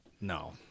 No